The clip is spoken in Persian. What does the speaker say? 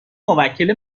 موکل